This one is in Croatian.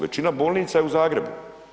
Većina bolnica je u Zagrebu.